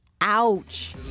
Ouch